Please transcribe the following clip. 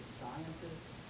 scientists